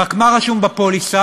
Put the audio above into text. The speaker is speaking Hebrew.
רק מה רשום בפוליסה?